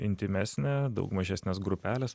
intymesnė daug mažesnės grupelės